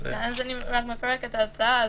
אז אני רק מפרקת את ההצעה.